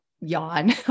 yawn